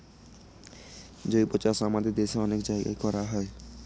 জৈবচাষ আমাদের দেশে অনেক জায়গায় করা হয়